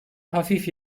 hafif